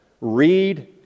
read